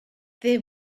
they